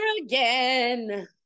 again